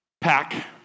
pack